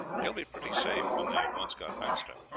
they will be pretty safe when they have once got past her.